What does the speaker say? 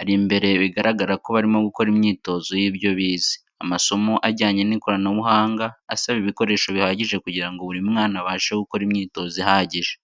ari imbere ye bigaragara ko barimo gukora imyitozo y'ibyo bize, Amasomo ajyanye n'ikoranabuhanga asaba ibikoreso bihagije kugirango buri mwana abashe gukora imyitozo ihagije.